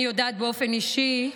אני יודעת באופן אישי,